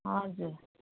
हजुर